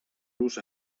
los